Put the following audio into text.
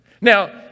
Now